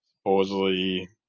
Supposedly